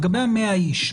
לגבי ה-100 איש.